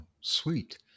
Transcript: sweet